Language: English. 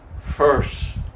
first